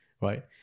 Right